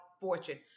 fortune